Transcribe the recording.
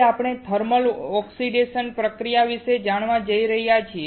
આજે આપણે thermal oxidation પ્રક્રિયા વિશે જાણવા જઈ રહ્યા છીએ